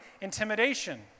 intimidation